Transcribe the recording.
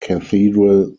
cathedral